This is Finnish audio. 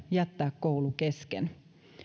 jättää koulu kesken